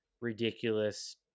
ridiculous